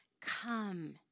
come